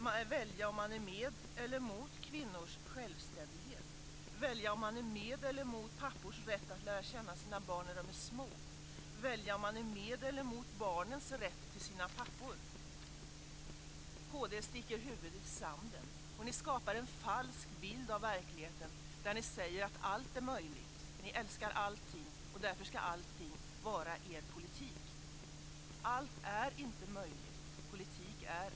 Man får välja om man är med eller mot kvinnors självständighet, välja om man är med eller mot pappors rätt att lära känna sina barn när de är små och välja om man är med eller mot barnens rätt till sina pappor. Kd sticker huvudet i sanden. Ni skapar en falsk bild av verkligheten, där ni säger att allt är möjligt. Ni älskar allting, och därför ska allting vara er politik. Allt är inte möjligt.